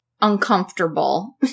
uncomfortable